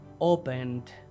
opened